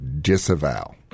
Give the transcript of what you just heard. disavow